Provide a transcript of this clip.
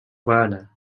werner